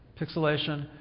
pixelation